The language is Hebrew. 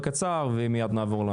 הצעת תקנות התקשורת (בזק ושידורים) (ועדה מייעצת) (תיקון),